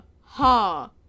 Ha